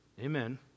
Amen